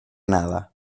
nada